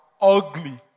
ugly